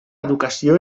educació